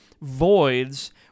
voids